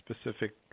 specific